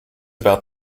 about